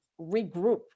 regroup